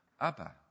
Abba